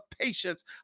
patience